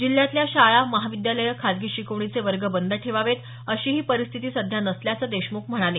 जिल्ह्यातल्या शाळा महाविद्यालयं खासगी शिकवणीचे वर्ग बंद ठेवावेत अशीही परिस्थिती सध्या नसल्याचं देशमुख म्हणाले